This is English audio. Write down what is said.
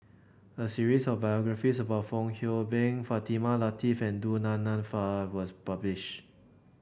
a series of biographies about Fong Hoe Beng Fatimah Lateef and Du Nan Nanfa was published